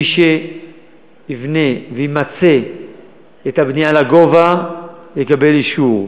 מי שיבנה וימצה את הבנייה לגובה יקבל אישור,